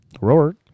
Roar